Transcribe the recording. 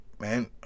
man